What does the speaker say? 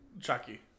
Chucky